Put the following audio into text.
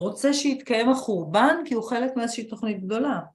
רוצה שיתקיים החורבן, כי הוא חלק מאיזושהי תכנית גדולה.